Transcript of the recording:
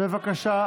בבקשה,